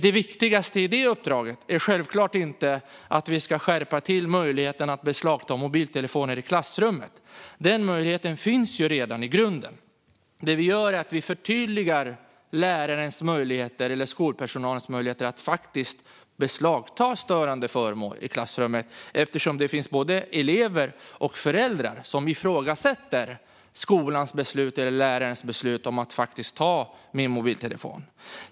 Det viktigaste i det uppdraget är självklart inte att vi ska skärpa möjligheten att beslagta mobiltelefoner i klassrummet; den möjligheten finns redan i grunden. Det vi gör är att vi förtydligar lärarens eller annan skolpersonals möjligheter att beslagta störande föremål i klassrummet, eftersom det finns både elever och föräldrar som ifrågasätter skolans eller lärarens beslut om att beslagta mobiltelefoner.